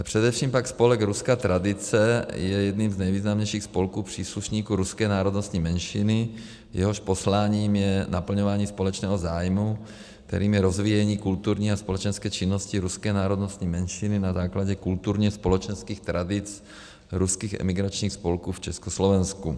Především pak spolek Ruská tradice je jedním z nejvýznamnějších spolků příslušníků ruské národnostní menšiny, jehož posláním je naplňování společného zájmu, kterým je rozvíjení kulturní a společenské činnosti ruské národnostní menšiny na základě kulturněspolečenských tradic ruských emigračních spolků v Československu.